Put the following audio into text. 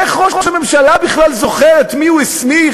איך ראש הממשלה בכלל זוכר את מי הוא הסמיך,